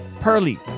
Pearly